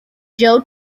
joe